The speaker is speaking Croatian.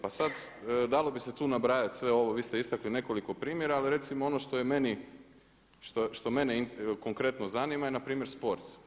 Pa sada dalo bi se tu nabrajati sve ovo, vi ste istakli nekoliko primjera ali recimo ono što je meni, što mene konkretno zanima je npr. sport.